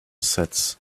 sets